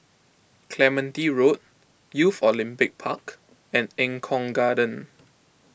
Clementi Road Youth Olympic Park and Eng Kong Garden